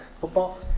football